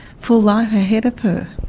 full life ahead of her.